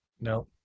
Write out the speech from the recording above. No